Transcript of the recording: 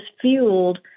fueled